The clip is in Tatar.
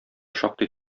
шактый